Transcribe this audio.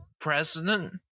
president